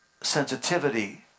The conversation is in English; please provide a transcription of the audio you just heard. sensitivity